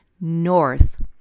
north